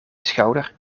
schouder